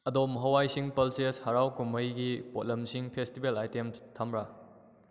ꯑꯗꯣꯝ ꯍꯋꯥꯏꯁꯤꯡ ꯄꯜꯁꯦꯁ ꯍꯔꯥꯎ ꯀꯨꯝꯍꯩꯒꯤ ꯄꯣꯠꯂꯝꯁꯤꯡ ꯐꯦꯁꯇꯤꯚꯦꯜ ꯑꯥꯏꯇꯦꯝꯁ ꯊꯝꯕ꯭ꯔꯥ